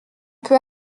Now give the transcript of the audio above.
peu